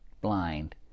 blind